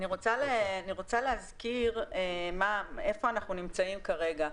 רוצה להזכיר איפה אנחנו נמצאים כרגע.